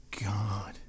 God